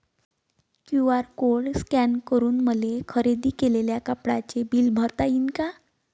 QR code scan करून मले खरेदी केलेल्या कापडाचे बिल भरता यीन का?